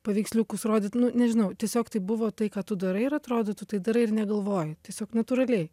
paveiksliukus rodyt nu nežinau tiesiog tai buvo tai ką tu darai ir atrodytų tai darai ir negalvoji tiesiog natūraliai